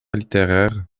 littéraire